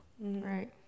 Right